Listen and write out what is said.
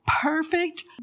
perfect